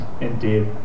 Indeed